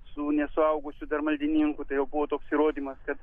su nesuaugusiu dar maldininku tai jau buvo toks įrodymas kad